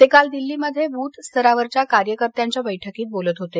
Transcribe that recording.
ते काल दिल्लीमध्ये बूथ स्तरावरच्या कार्यकर्त्यांच्या बैठकीत होते